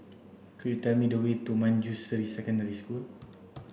could you tell me the way to Manjusri Secondary School